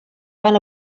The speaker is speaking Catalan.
van